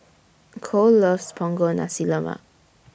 Kole loves Punggol Nasi Lemak